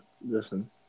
Listen